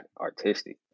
artistic